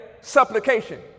supplication